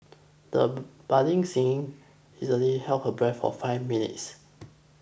the budding singer easily held her breath for five minutes